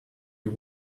you